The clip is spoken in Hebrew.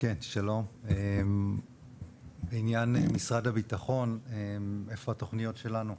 שלום, עניין משרד הביטחון איפה התוכניות שלנו,